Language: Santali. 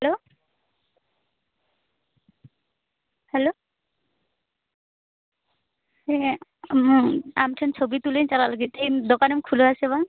ᱦᱮᱞᱳ ᱦᱮᱞᱳ ᱦᱮᱸ ᱟᱢ ᱴᱷᱮᱱ ᱪᱷᱚᱵᱤ ᱛᱩᱞᱟᱹᱜ ᱤᱧ ᱪᱟᱞᱟᱜ ᱞᱟᱹᱜᱤᱫ ᱛᱮᱦᱮᱧ ᱫᱚᱠᱟᱱᱮᱢ ᱠᱷᱩᱞᱟᱹᱣᱟᱥᱮ ᱵᱟᱝ